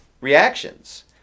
reactions